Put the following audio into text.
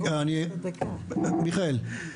זה גם רכיב בביטחון המזון של אזרחי ישראל.